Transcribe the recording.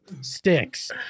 sticks